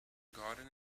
garden